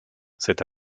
cette